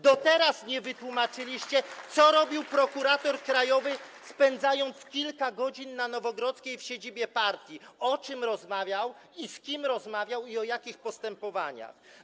Do teraz nie wytłumaczyliście, co robił prokurator krajowy, spędzając kilka godzin na Nowogrodzkiej w siedzibie partii, o czym rozmawiał i z kim rozmawiał, i o jakich postępowaniach.